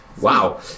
Wow